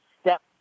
step